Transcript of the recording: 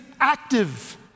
active